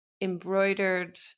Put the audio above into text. embroidered